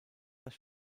das